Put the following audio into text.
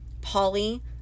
Polly